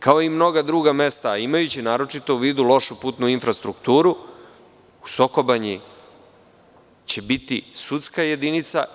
Kao i mnoga druga mesta, a imajući u vidu lošu putnu infrastrukturu u Soko Banji će biti sudska jedinica.